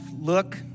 look